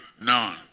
No